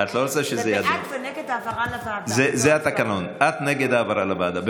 זה בעד ונגד העברה לוועדה, את נגד העברה לוועדה.